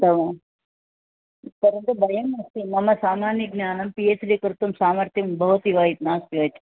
तवान् परन्तु वयम् अस्ति मम सामान्यं ज्ञानं पि एच् डि कर्तुं सामर्थ्यं भवति वा इति नास्ति वा इति